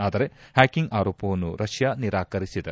ಆದರೆ ಹ್ವಾಕಿಂಗ್ ಆರೋಪವನ್ನು ರಷ್ಡಾ ನಿರಾಕರಿಸಿದೆ